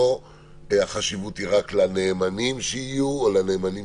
החשיבות היא לא רק לנאמנים שיהיו או לנאמנים